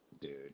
dude